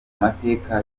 mateka